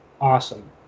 awesome